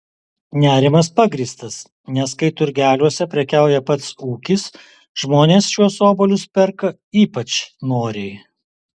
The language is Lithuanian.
nerimas pagrįstas nes kai turgeliuose prekiauja pats ūkis žmonės šiuos obuolius perka ypač noriai